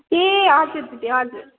ए हजुर दिदी हजुर